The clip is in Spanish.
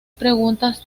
preguntas